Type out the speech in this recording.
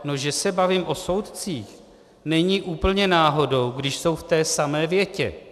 No, že se bavím o soudcích, není úplně náhodou, když jsou v té samé větě.